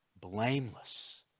blameless